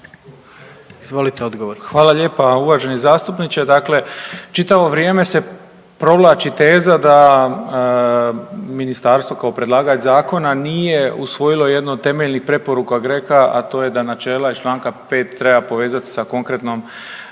Ivan (HDZ)** Hvala lijepa, uvaženi zastupniče dakle. Čitavo vrijeme se provlači teza da ministarstvo kao predlagatelj zakona nije usvojilo jedno od temeljnih preporuka GRECO-a, a to je da načela iz čl.5 treba povezati sa konkretnom,